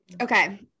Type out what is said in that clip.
Okay